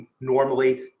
normally